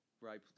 Right